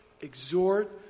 exhort